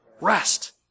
rest